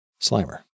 Slimer